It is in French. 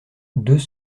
deux